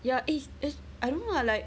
ya eh eh I don't know lah like